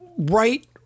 Right